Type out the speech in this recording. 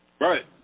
Right